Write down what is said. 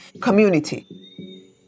community